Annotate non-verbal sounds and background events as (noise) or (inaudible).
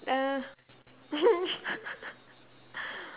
uh (laughs)